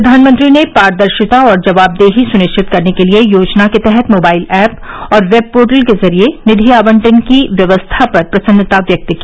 प्रधानमंत्री ने पारदर्शिता और जवाबदेही सुनिश्चित करने के लिए योजना के तहत मोबाइल ऐप और वेब पोर्टल के जरिए निधि आवंटन की व्यवस्था पर प्रसन्नता व्यक्त की